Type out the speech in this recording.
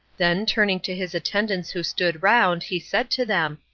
then, turning to his attendants who stood round, he said to them,